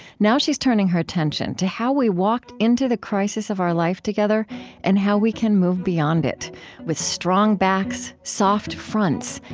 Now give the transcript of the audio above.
now she's turning her attention to how we walked into the crisis of our life together and how we can move beyond it with strong backs, soft fronts,